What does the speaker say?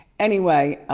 anyway,